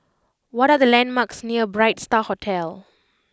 what are the landmarks near Bright Star Hotel